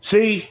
See